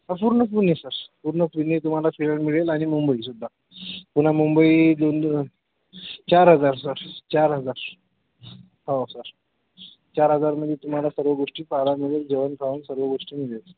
पूर्ण पुणे सर पूर्ण पुणे तुम्हाला फिरायला मिळेल आणि मुंबईसुद्धा पूणा मुंबई दोन चार हजार सर चार हजार हो सर चार हजारमध्ये तुम्हाला सर्व गोष्टी पहायला मिळेल जेवण खावण सर्व गोष्टी मिळेल